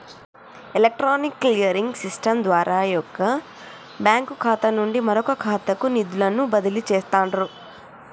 electronic clearing system ద్వారా వొక bank ఖాతా నుండి మరొకఖాతాకు నిధులను బదిలీ చేస్తండ్రు